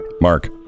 Mark